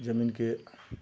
जमीनके